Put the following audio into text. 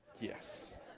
Yes